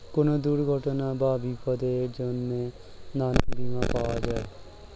কোন দুর্ঘটনা বা বিপদের জন্যে নানা বীমা পাওয়া যায়